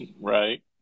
Right